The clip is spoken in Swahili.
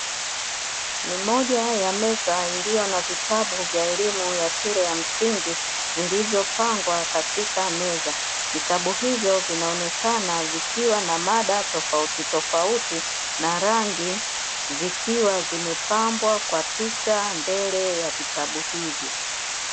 Ni moja ya meza iliyo na vitabu vya elimu ya shule ya msingi, vilivyo pangwa katika meza. Vitabu hivyo vinaonekana vikiwa na mada tofauti tofauti na rangi, zikiwa zimepambwa kwa picha mbele ya vitabu hivyo.